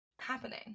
happening